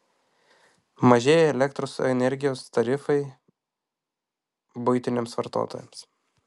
mažėja elektros energijos tarifai buitiniams vartotojams